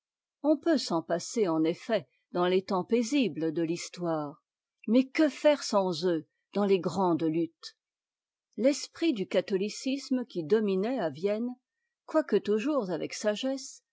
on peut s'en passer en effet dans les temps paisibles de l'histoire mais que faire sans eux dans les grandes luttes l'esprit du catholicisme qui dominait à vienne quoique toujours avec sagesse